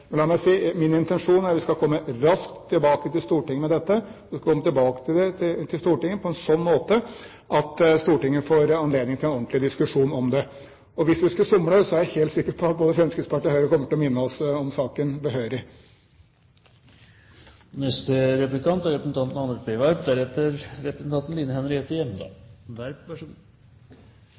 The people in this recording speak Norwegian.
Men la meg si: Min intensjon er at vi skal komme raskt tilbake til Stortinget med dette. Vi skal komme tilbake til Stortinget på en sånn måte at Stortinget får anledning til en ordentlig diskusjon om det. Hvis vi skulle somle, er jeg helt sikker på at både Fremskrittspartiet og Høyre kommer til å minne oss om saken behørig. Statsråden understreket i sitt innlegg at miljøpolitikken skal forankres i denne sal. Det er